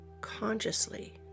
consciously